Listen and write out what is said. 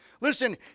listen